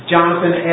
Jonathan